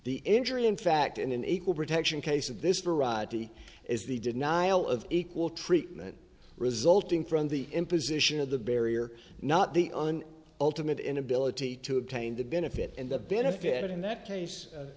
the injury in fact in an equal protection case of this variety as they did nial of equal treatment resulting from the imposition of the barrier not the ultimate inability to obtain the benefit and the benefit in that case